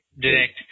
direct